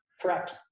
correct